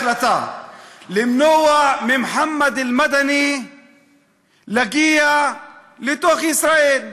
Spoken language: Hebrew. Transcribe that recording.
החלטה למנוע ממוחמד אל-מדני להגיע לתוך ישראל.